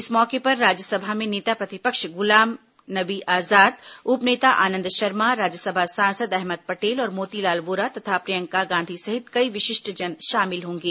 इस मौके पर राज्यसभा में नेता प्रतिपक्ष गुलाम नबी आजाद उप नेता आनंद शर्मा राज्यसभा सांसद अहमद पटेल और मोतीलाल वोरा तथा प्रियंका गांधी सहित कई विशिष्टजन शामिल होंगे